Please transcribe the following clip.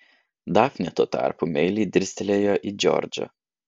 dafnė tuo tarpu meiliai dirstelėjo į džordžą